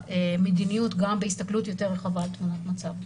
המדיניות גם בהסתכלות יותר רחבה על תמונת המצב.